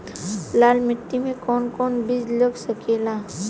लाल मिट्टी में कौन कौन बीज लग सकेला?